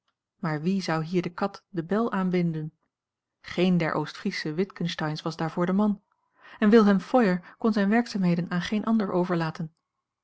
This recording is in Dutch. maar wie zou hier de kat de bel aanbinden geen der oostfriesche witgensteyns was daarvoor de man en wilhelm feuer kon zijne werkzaamheden aan geen ander overlaten